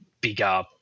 bigger